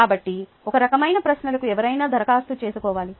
కాబట్టి ఈ రకమైన ప్రశ్నలకు ఎవరైనా దరఖాస్తు చేసుకోవాలి